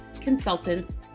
consultants